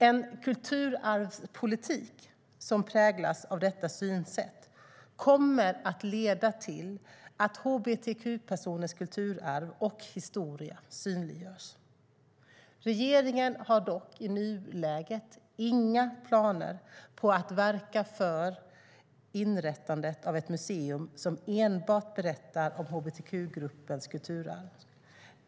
En kulturarvspolitik som präglas av detta synsätt kommer att leda till att hbtq-personers kulturarv och historia synliggörs. Regeringen har dock i nuläget inga planer på att verka för inrättandet av ett museum som enbart berättar om hbtq-gruppens kulturarv.